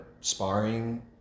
sparring